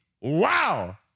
wow